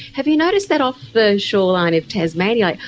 have you noticed that off the shoreline of tasmania?